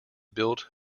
built